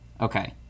Okay